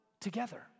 together